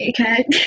Okay